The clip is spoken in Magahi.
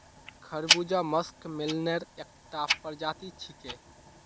खरबूजा मस्कमेलनेर एकता प्रजाति छिके